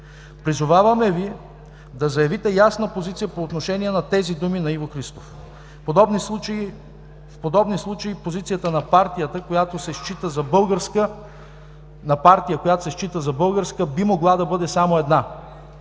Призоваваме Ви да заявите ясна позиция по отношение на тези думи на Иво Христов. В подобни случаи позицията на партия, която се счита за българска, би могла да бъде само една